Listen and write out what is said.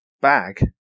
bag